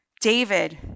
David